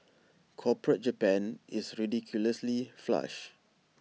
corporate Japan is ridiculously flush